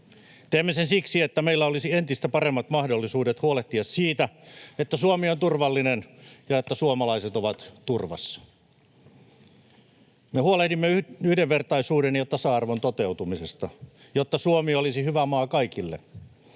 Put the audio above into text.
Teemme sen siksi, että meillä olisi entistä paremmat mahdollisuudet huolehtia siitä, että Suomi on turvallinen ja että suomalaiset ovat turvassa. Me huolehdimme yhdenvertaisuuden ja tasa-arvon toteutumisesta, jotta Suomi olisi hyvä maa kaikille.